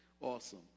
Awesome